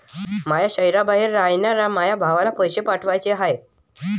माया शैहराबाहेर रायनाऱ्या माया भावाला पैसे पाठवाचे हाय